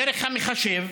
דרך המחשב,